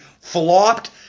flopped